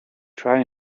try